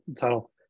title